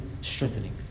strengthening